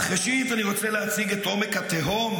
אך ראשית אני רוצה להציג את עומק התהום